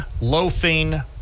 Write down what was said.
loafing